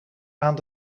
aan